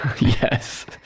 Yes